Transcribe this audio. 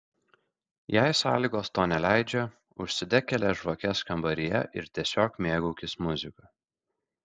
jei sąlygos to neleidžia užsidek kelias žvakes kambaryje ir tiesiog mėgaukis muzika